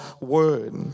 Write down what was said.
Word